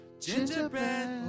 Gingerbread